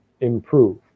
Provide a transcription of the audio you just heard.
improve